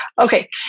Okay